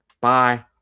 bye